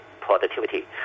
productivity